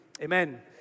Amen